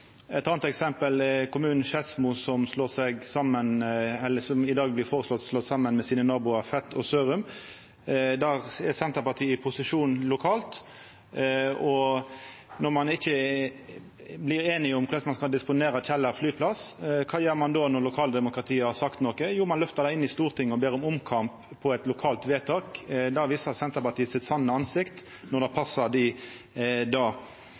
Eit anna eksempel er kommunen Skedsmo, som i dag blir føreslått slått saman med naboane Fet og Sørum. Der er Senterpartiet i posisjon lokalt, og når ein ikkje blir einige om korleis ein skal disponera Kjeller flyplass, kva gjer ein då når lokaldemokratiet har sagt noko? Jo, ein løftar det inn i Stortinget og ber om omkamp om eit lokalt vedtak. Der viser Senterpartiet sitt sanne ansikt når det passar dei.